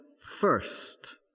first